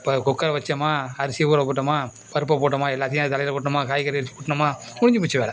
குக்கரை வைச்சோமா அரிசி ஊற போட்டோமா பருப்பை போட்டோமா எல்லாத்தையும் அது தலையில் கொட்டினோமா காய்கறி அரிஞ்சி கொட்டினோமா முடிஞ்சு போச்சு வேலை